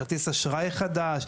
כרטיס אשראי חדש,